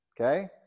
Okay